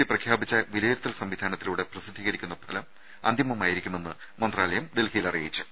E പ്രഖ്യാപിച്ച വിലയിരുത്തൽ സംവിധാനത്തിലൂടെ പ്രസിദ്ധീകരിക്കുന്ന ഫലം അന്തിമമായിരിക്കുമെന്ന് മന്ത്രാലയം ഡൽഹിയിൽ അറിയിച്ചു